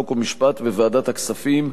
חוק ומשפט וועדת הכספים,